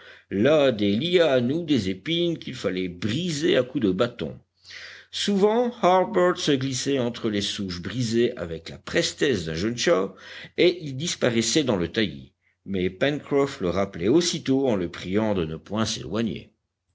là des lianes ou des épines qu'il fallait briser à coups de bâton souvent harbert se glissait entre les souches brisées avec la prestesse d'un jeune chat et il disparaissait dans le taillis mais pencroff le rappelait aussitôt en le priant de ne point s'éloigner